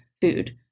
food